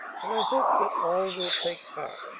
and i hope that all will take part.